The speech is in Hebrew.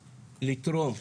לתרום,